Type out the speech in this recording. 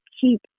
keep